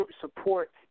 support